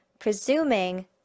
presuming